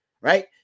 Right